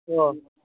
ও